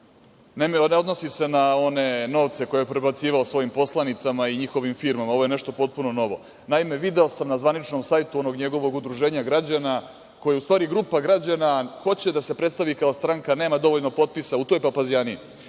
Ne odnosi se na one novce koje je prebacivao svojim poslanicama i njihovim firmama. Ovo je nešto potpuno novo. Naime, video sam na zvaničnom sajtu onog njegovog udruženja građana, koje je u stvari grupa građana, hoće da se predstavi kao stranka, nema dovoljno potpisa u toj papazjaniji,